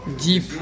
deep